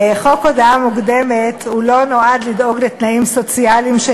חוק הודעה מוקדמת לא נועד לדאוג לתנאים סוציאליים של